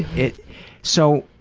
if so,